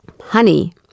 honey